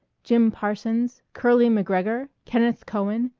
jim parsons, curly mcgregor, kenneth cowan,